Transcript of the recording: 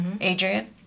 Adrian